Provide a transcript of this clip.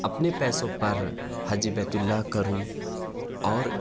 اپنے پیسوں پر حج بیت اللہ کروں اور